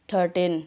thirteen